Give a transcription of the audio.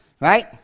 right